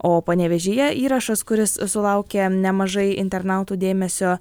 o panevėžyje įrašas kuris sulaukė nemažai internautų dėmesio